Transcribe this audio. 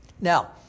Now